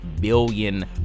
billion